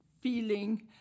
feeling